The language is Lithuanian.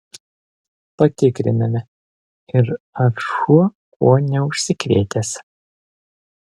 patikriname ir ar šuo kuo neužsikrėtęs